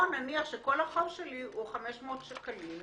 או נניח שכל החוב שלי הוא 500 שקלים,